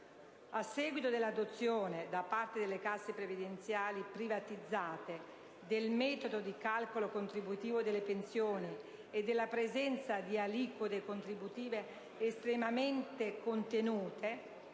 In seguito all'adozione, da parte delle casse previdenziali privatizzate, del metodo di calcolo contributivo delle prestazioni pensionistiche e della presenza di aliquote contributive estremamente contenute,